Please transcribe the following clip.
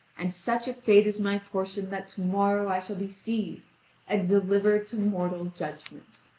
and such a fate is my portion that to-morrow i shall be seized and delivered to mortal judgment.